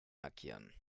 markieren